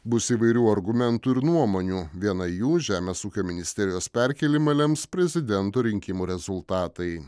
bus įvairių argumentų ir nuomonių viena jų žemės ūkio ministerijos perkėlimą lems prezidento rinkimų rezultatai